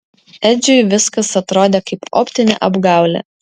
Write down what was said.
edžiui viskas atrodė kaip optinė apgaulė